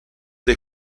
the